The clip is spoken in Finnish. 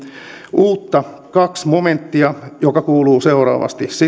uutta toinen momenttia joka kuuluu seuraavasti